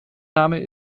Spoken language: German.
name